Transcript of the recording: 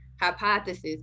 hypothesis